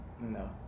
No